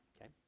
Okay